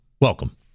Welcome